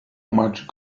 much